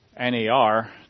NAR